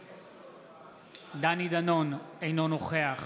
נגד דני דנון, אינו נוכח